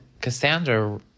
Cassandra